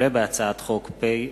הודעה למזכיר הכנסת, בבקשה.